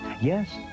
Yes